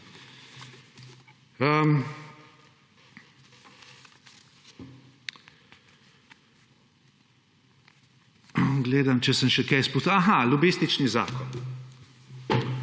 Aha, lobistični zakon.